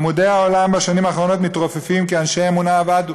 עמודי העולם בשנים האחרונות מתרופפים כי אנשי אמונה אבדו.